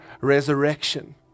resurrection